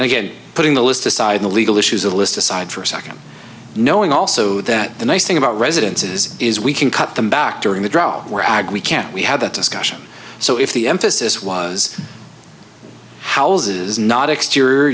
again putting the list aside the legal issues a list aside for a second knowing also that the nice thing about residences is we can cut them back during the drought we're ag we can't we had that discussion so if the emphasis was how's is not exterior